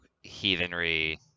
heathenry